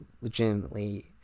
legitimately